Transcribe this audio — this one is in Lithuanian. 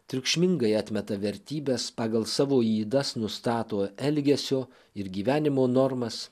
triukšmingai atmeta vertybes pagal savo ydas nustato elgesio ir gyvenimo normas